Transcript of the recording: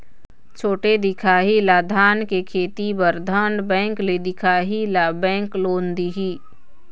छोटे दिखाही ला धान के खेती बर धन बैंक ले दिखाही ला बैंक लोन दिही?